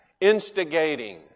instigating